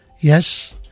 Yes